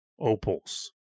opals